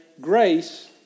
Grace